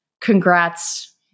Congrats